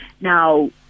Now